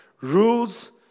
rules